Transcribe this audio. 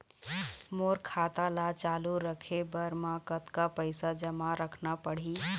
मोर खाता ला चालू रखे बर म कतका पैसा जमा रखना पड़ही?